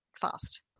fast